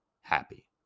happy